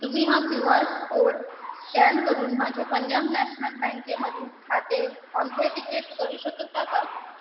तुम्ही हा Q R code scan करून माझे पंजाब नॅशनल बँकेमधील खाते ऑन्थेटिकेट करू शकता का